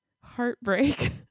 heartbreak